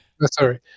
Sorry